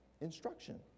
instruction